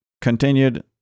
continued